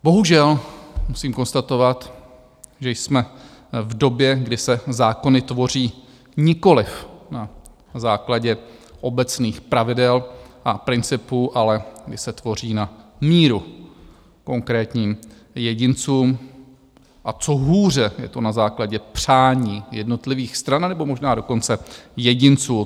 Bohužel musím konstatovat, že jsme v době, kdy se zákony tvoří nikoliv na základě obecných pravidel a principů, ale kdy se tvoří na míru konkrétním jedincům, a co hůře, je to na základě přání jednotlivých stran, nebo možná dokonce jedinců.